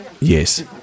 Yes